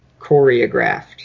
choreographed